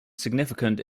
significant